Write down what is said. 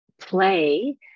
play